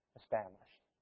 established